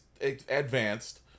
advanced